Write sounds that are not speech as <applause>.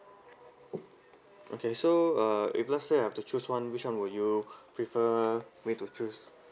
<noise> okay so uh if let's say I have to choose one which [one] would you <breath> prefer me to choose